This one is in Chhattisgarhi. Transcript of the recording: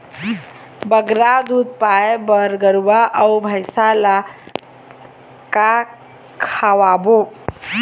बगरा दूध पाए बर गरवा अऊ भैंसा ला का खवाबो?